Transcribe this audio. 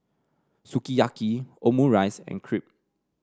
Sukiyaki Omurice and Crepe